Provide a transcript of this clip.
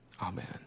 Amen